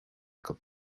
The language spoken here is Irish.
acu